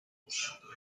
usando